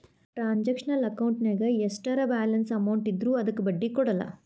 transactional ಅಕೌಂಟಿನ್ಯಾಗ ಎಷ್ಟರ balance amount ಇದ್ರೂ ಅದಕ್ಕ ಬಡ್ಡಿ ಕೊಡಲ್ಲ